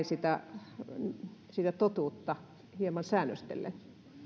sitä sitä totuutta hieman lievästi säännöstellen